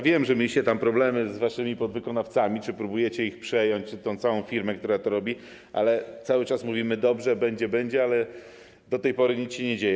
Wiem, że mieliście problemy z waszymi podwykonawcami czy próbujecie ich przejąć, tę całą firmę, która to robi, ale cały czas mówimy: dobrze, będzie, będzie, a do tej pory nic się nie dzieje.